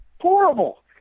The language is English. horrible